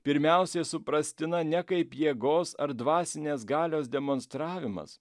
pirmiausiai suprastina ne kaip jėgos ar dvasinės galios demonstravimas